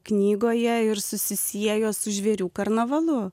knygoje ir susisiejo su žvėrių karnavalu